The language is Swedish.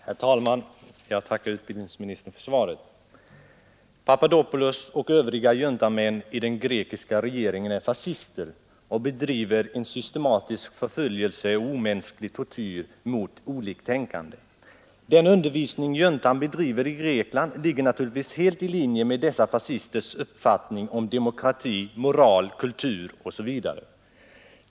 Herr talman! Jag tackar utbildningsministern för svaret. Papadopoulos och övriga juntamän i den grekiska regeringen är fascister och bedriver systematisk förföljelse och omänsklig tortyr mot oliktänkande. Den undervisning juntan bedriver i Grekland ligger naturligtvis helt i linje med dessa fascisters uppfattning om demokrati, moral, kultur osv.